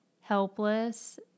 helpless